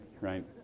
right